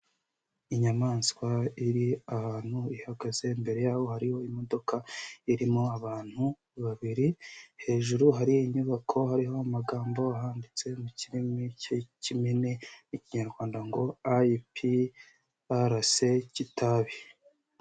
Inyamaswa iri ahantu ihagaze, imbere y'aho hariho imodoka irimo abantu babiri, hejuru hari inyubako, hariho amagambo ahanditse mu kirimi cy'impine mu Kinyarwanda ngo: ''IPRC Kitabi.''